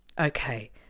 Okay